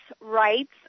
rights